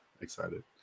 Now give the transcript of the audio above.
excited